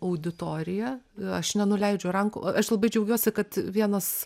auditoriją aš nenuleidžiu rankų aš labai džiaugiuosi kad vienas